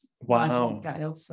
Wow